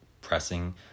pressing